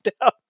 down